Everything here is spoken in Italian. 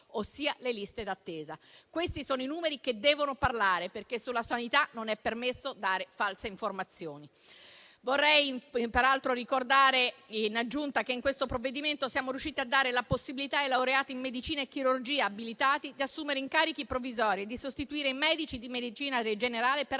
ossia le liste d'attesa. Questi sono i numeri che devono parlare, perché sulla sanità non è permesso dare false informazioni. Vorrei peraltro ricordare in aggiunta che in questo provvedimento siamo riusciti a dare la possibilità ai laureati in medicina e chirurgia abilitati di assumere incarichi provvisori e di sostituire i medici di medicina generale per abbattere